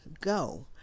Go